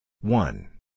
One